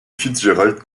fitzgerald